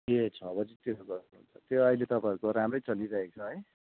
ए छ बजीतिर गर्नुहुन्छ त्यो अहिले त अब गर राम्रै चलिरहेको छ है